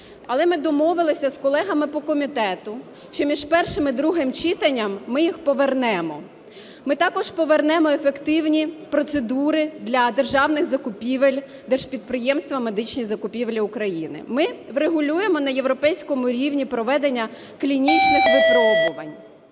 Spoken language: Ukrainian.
Але ми домовилися з колегами по комітету, що між першим і другим читанням ми їх повернемо. Ми також повернемо ефективні процедури для державних закупівель Держпідприємства "Медичні закупівлі України". Ми врегулюємо на європейському рівні проведення клінічних випробувань.